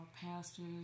pastors